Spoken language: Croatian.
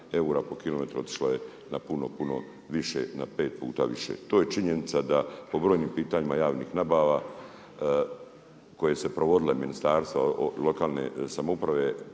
eura po kilometru, otišlo je na puno puno više, na 5 puta više. To je činjenica da po brojnim pitanjima javnih nabava, koje su provodile ministarstva, lokalne samouprave,